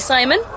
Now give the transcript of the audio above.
Simon